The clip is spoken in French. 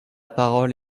parole